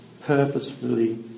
purposefully